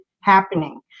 happening